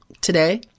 today